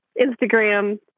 Instagram